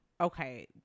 Okay